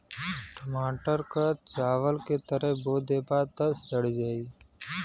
टमाटर क चावल के तरे बो देबा त सड़ जाई